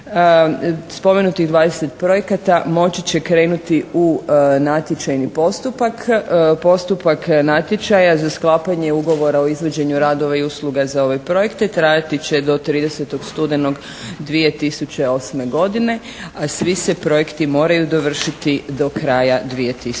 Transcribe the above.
spomenutih 20 projekata moći će krenuti u natječajni postupak. Postupak natječaja za sklapanje ugovora o izvođenju radova i usluga za ove projekte trajati će do 30 studenog 2008. godine, a svi se projekti moraju dovršiti do kraja 2009.